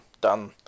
done